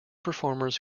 performers